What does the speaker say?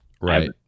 Right